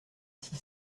six